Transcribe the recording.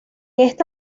esta